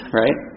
right